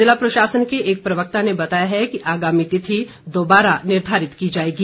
जिला प्रशासन के एक प्रवक्ता ने बताया कि आगामी तिथि पूनः निर्धारित की जाएगी